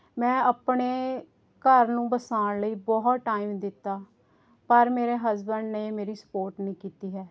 ਮੈਂ ਆਪਣੇ ਘਰ ਨੂੰ ਵਸਾਉਣ ਲਈ ਬਹੁਤ ਟਾਈਮ ਦਿੱਤਾ ਪਰ ਮੇਰੇ ਹਸਬੈਂਡ ਨੇ ਮੇਰੀ ਸਪੋਟ ਨਹੀਂ ਕੀਤੀ ਹੈ